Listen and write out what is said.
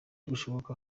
gushoboka